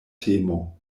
temo